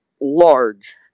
large